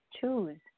choose